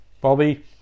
Bobby